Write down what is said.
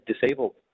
disabled